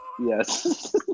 Yes